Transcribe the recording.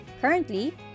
Currently